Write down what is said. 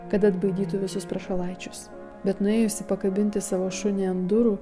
kad atbaidytų visus prašalaičius bet nuėjusi pakabinti savo šunį ant durų